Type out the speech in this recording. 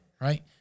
Right